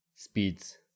Speeds